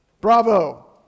Bravo